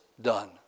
done